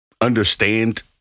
understand